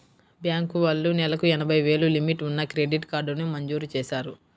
bank వాళ్ళు నెలకు ఎనభై వేలు లిమిట్ ఉన్న క్రెడిట్ కార్డుని మంజూరు చేశారు